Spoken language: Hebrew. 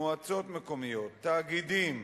מועצות מקומיות, תאגידים,